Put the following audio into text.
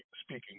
speaking